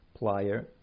plier